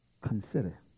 consider